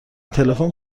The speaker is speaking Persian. تلفن